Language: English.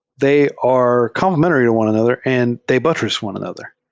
they are complementary to one another and they buttress one another.